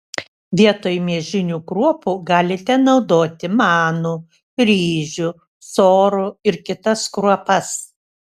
vietoj miežinių kruopų galite naudoti manų ryžių sorų ir kitas kruopas